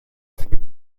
ciertos